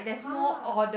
!huh!